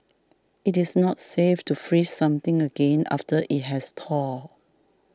it is not safe to freeze something again after it has thawed